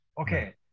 okay